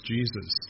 Jesus